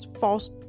false